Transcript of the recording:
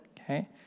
okay